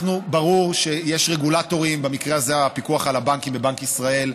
ברור שיש רגולטורים במקרה הזה הפיקוח על הבנקים בבנק ישראל,